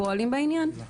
פועלים בעניין?